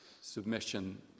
submission